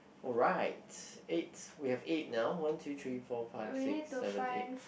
all right eight we have eight now one two three four five six seven eight